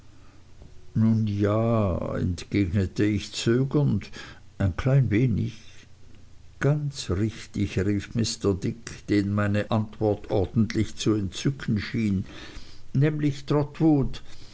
ja entgegnete ich zögernd ein klein wenig ganz richtig rief mr dick den meine antwort ordentlich zu entzücken schien nämlich